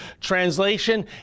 Translation